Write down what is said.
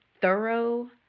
thorough